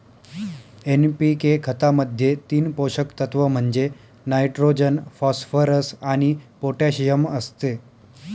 NPK खतामध्ये तीन पोषक तत्व म्हणजे नायट्रोजन, फॉस्फरस आणि पोटॅशियम असते